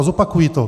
A zopakuji to.